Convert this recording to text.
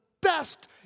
best